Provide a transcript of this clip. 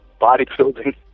bodybuilding